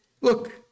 look